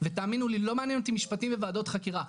ותאמינו לי לא מעניין אותי משפטים וועדות חקירה,